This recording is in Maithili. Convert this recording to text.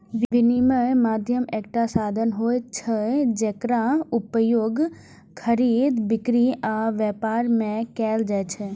विनिमय माध्यम एकटा साधन होइ छै, जेकर उपयोग खरीद, बिक्री आ व्यापार मे कैल जाइ छै